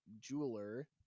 jeweler